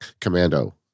Commando